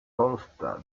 consta